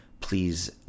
please